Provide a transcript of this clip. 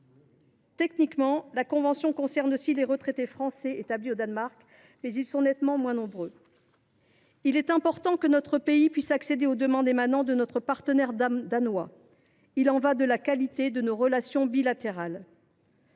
Techniquement, cette convention concerne aussi les retraités français établis au Danemark, mais ils sont nettement moins nombreux. Il est important que notre pays puisse accéder aux demandes de notre partenaire danois. Il y va de la qualité de nos relations bilatérales.